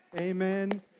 amen